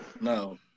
No